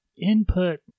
Input